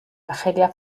argelia